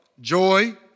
joy